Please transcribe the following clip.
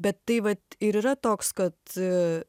bet tai vat ir yra toks kad